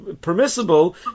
permissible